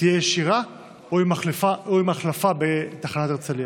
תהיה ישירה או עם החלפה בתחנת הרצליה?